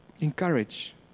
Encourage